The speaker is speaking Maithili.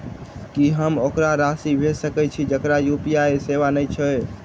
की हम ओकरा राशि भेजि सकै छी जकरा यु.पी.आई सेवा नै छै?